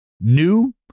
new